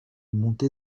montait